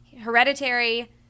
Hereditary